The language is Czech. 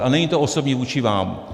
A není to osobní vůči vám.